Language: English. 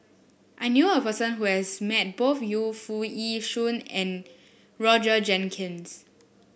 I knew a person who has met both Yu Foo Yee Shoon and Roger Jenkins